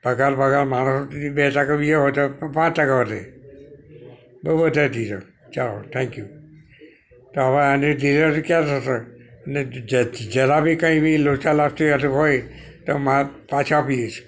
પગાર બગાર માણસોને બે ટકા બીજા હોય તો પાંચ ટકા વધે બહુ વધારી દીધો ચાલો થેન્ક યુ તો હવે આની ડિલેવરી ક્યારે થશે અને જ જ જરા બી કંઈ બી લોચા લાપસી યાતો હોય તો માલ પાછો આપી જઈશ